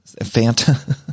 Fanta